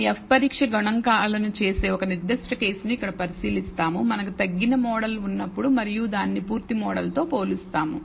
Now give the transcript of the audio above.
మనం F పరీక్ష గణాంకాలను చేసే ఒక నిర్దిష్ట కేసును ఇక్కడ పరిశీలిస్తాము మనకు తగ్గిన మోడల్ ఉన్నపుడు మరియు దానిని పూర్తి మోడల్ తో పోలుస్తాం